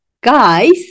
guys